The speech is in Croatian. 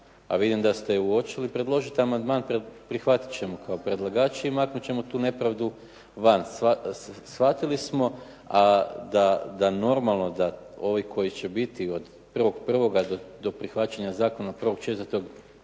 a vidim da ste je uočili predložite amandman, prihvatit ćemo kao predlagač i maknut ćemo tu nepravdu van. Shvatili smo da normalno da ovi koji će biti od 1.1. do prihvaćanja zakona od 1.4. imali